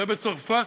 זה בצרפת.